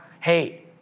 hey